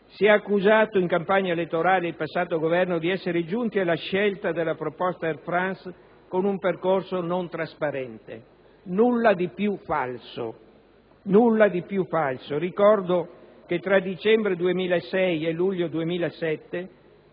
si è accusato il passato Governo di essere giunto alla scelta della proposta di Air France con un percorso non trasparente. Nulla di più falso! Ricordo che, tra dicembre 2006 e luglio 2007,